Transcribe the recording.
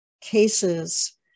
cases